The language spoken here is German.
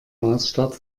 maßstab